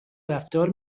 رفتار